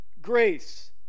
grace